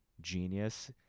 genius